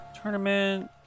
tournament